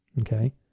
Okay